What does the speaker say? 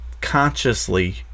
consciously